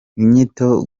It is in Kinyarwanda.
inyito